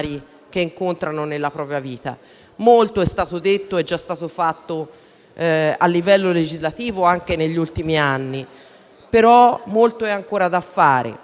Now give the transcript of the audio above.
Molto è stato detto e molto è già stato fatto a livello legislativo, anche negli ultimi anni, ma molto c'è ancora da fare: